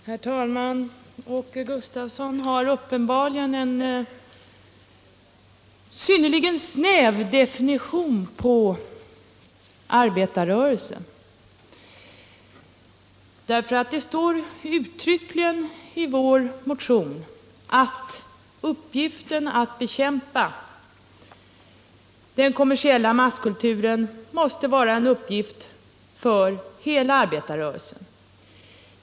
Herr talman! Åke Gustavsson har uppenbarligen en synnerligen snäv definition på arbetarrörelsen. Det står ju uttryckligen i vår motion att uppgiften att bekämpa den kommersiella masskulturen måste vara en uppgift för hela arbetarrörelsen.